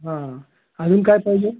हां अजून काय पाहिजे